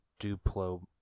Duplo